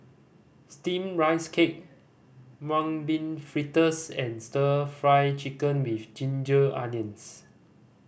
Steamed Rice Cake Mung Bean Fritters and Stir Fry Chicken with ginger onions